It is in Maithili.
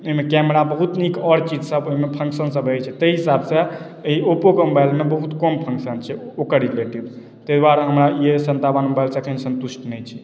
ओहिमे कैमरा बहुत नीक आओर चीज सब ओहिमे फंक्शन सब रहै छै ताहि हिसाब सँ एहि ओप्पो के मोबाइलमे बहुत कम फंक्शन छै ओकर रिलेटिव ताहि दुआरे हमरा ई एस सन्तावन मोबाइल सँ कनी संतुष्ट नै छी